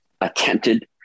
attempted